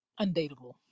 undateable